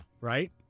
Right